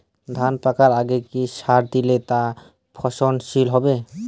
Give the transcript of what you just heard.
ধান পাকার আগে কি সার দিলে তা ফলনশীল হবে?